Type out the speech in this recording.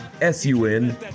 s-u-n